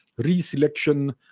reselection